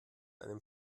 einem